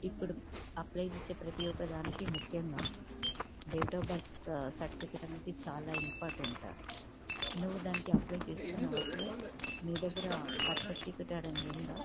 ఇప్పుడు అప్లయ్ చేసే ప్రతి ఒక దానికి ముఖ్యంగా డేట్ అఫ్ బర్త్ సర్టిఫికెట్ అనేది చాలా ఇంపార్టెంట్ నువ్వు దానికి అప్లయ్ చేసుకున్నావా అసలు నీ దగ్గర బర్త్ సర్టిఫికెట్ అనేది ఉందా